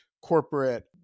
corporate